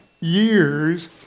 years